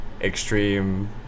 extreme